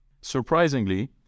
Surprisingly